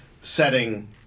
setting